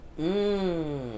Mmm